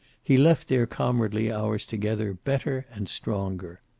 he left their comradely hours together better and stronger.